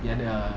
uh